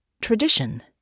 tradition